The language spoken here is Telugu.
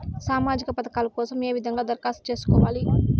సామాజిక పథకాల కోసం ఏ విధంగా దరఖాస్తు సేసుకోవాలి